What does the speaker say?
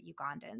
Ugandans